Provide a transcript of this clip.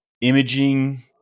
Imaging